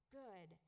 good